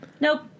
Nope